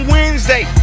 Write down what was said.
Wednesday